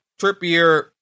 Trippier